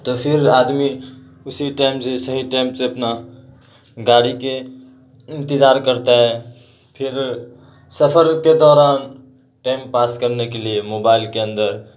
تو پھر آدمی اسی ٹائم سے صحیح ٹائم سے اپنا گاڑی کے انتظار کرتا ہے پھر سفر کے دوران ٹائم پاس کرنے کے لیے موبائل کے اندر